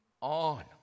on